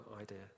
idea